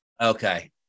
Okay